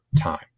time